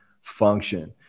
function